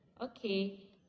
okay